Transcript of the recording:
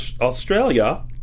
australia